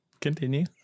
continue